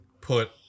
put